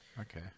Okay